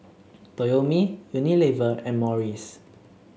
Toyomi Unilever and Morries